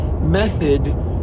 method